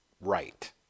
right